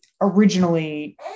originally